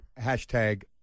hashtag